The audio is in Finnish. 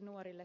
nuorille kuluttajille